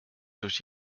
durch